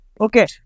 Okay